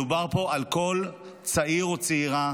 מדובר פה על כל צעיר או צעירה